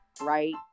right